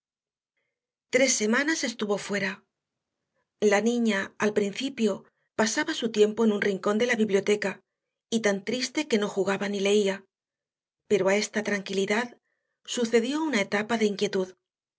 tres semanas estuvo fuera la niña al principio pasaba su tiempo en un rincón de la biblioteca y tan triste que no jugaba ni leía pero a esta tranquilidad sucedió una etapa de inquietud